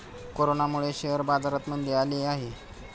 कोरोनामुळे शेअर बाजारात मंदी आली आहे